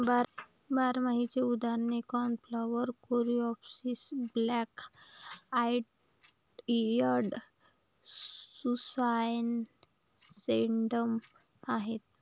बारमाहीची उदाहरणे cornflower, coreopsis, black eyed Susan, sedum आहेत